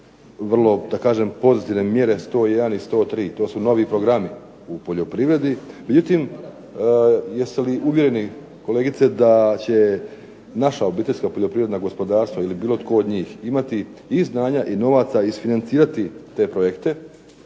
vrlo da kažem pozitivne mjere 101 i 103, to su novi programi u poljoprivredi, međutim jeste li uvjereni kolegice da će naša obiteljska poljoprivredna gospodarstva ili bilo tko od njih imati i znanja i novaca isfinancirati te projekte